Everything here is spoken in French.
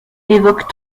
évoque